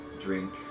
drink